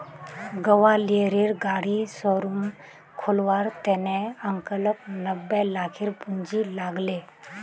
ग्वालियरेर गाड़ी शोरूम खोलवार त न अंकलक नब्बे लाखेर पूंजी लाग ले